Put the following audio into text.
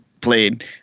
played